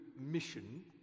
mission